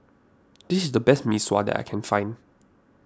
this is the best Mee Sua that I can find